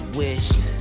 wished